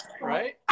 Right